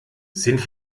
sind